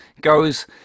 goes